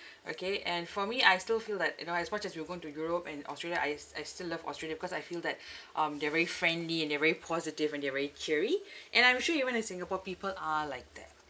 okay and for me I still feel that you know as much as we've gone to europe and australia I s~ I still love australia because I feel that um they are very friendly and they are very positive and they are very cheery and I'm sure even in singapore people are like that